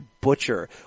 butcher